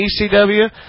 ECW